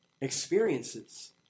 experiences